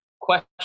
question